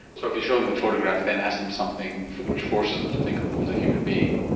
so if you show them the photograph then ask them something which forces them to think of them as a human being,